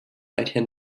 seither